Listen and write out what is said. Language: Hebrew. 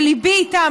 שליבי אתם,